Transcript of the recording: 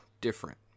different